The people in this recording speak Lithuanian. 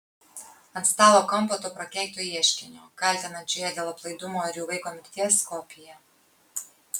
ant stalo kampo to prakeikto ieškinio kaltinančio ją dėl aplaidumo ir jų vaiko mirties kopija